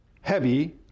heavy